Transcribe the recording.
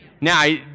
Now